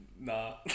Nah